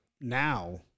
Now